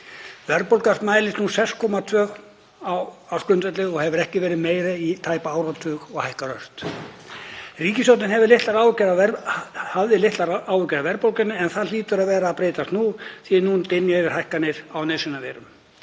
Verðbólgan mælist nú 6,2% á ársgrundvelli og hefur ekki verið meiri í tæpan áratug og hækkar ört. Ríkisstjórnin hafði litlar áhyggjur af verðbólgunni en það hlýtur að vera að breytast því að nú dynja yfir hækkanir á nauðsynjavörum.